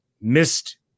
missed